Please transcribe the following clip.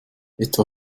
etwa